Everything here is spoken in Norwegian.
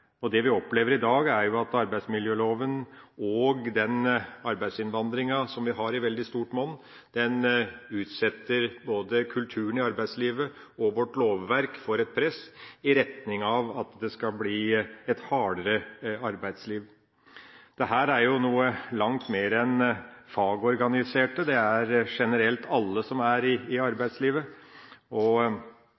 dette. Det vi opplever i dag, er at arbeidsmiljøloven og den arbeidsinnvandringen vi har i veldig stort monn, utsetter både kulturen i arbeidslivet og vårt lovverk for et press i retning av at det skal bli et hardere arbeidsliv. Dette gjelder langt flere enn fagorganiserte, det gjelder generelt alle som er i